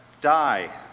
die